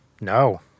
No